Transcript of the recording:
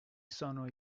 sono